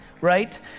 right